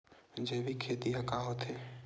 जैविक खेती ह का होथे?